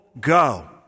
go